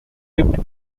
tipped